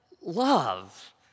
love